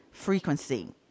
Frequency